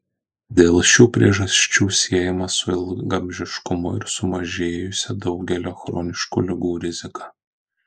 dėl šių priežasčių siejama su ilgaamžiškumu ir sumažėjusia daugelio chroniškų ligų rizika